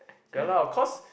ya lah of course